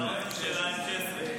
תתחיל מהתחלה.